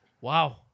Wow